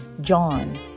John